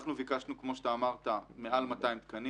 אנחנו ביקשנו, כמו שאמרת, מעל 200 תקנים.